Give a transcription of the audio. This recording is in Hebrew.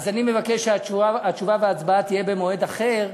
אני מבקש שהתשובה וההצבעה יהיו במועד אחר,